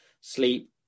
sleep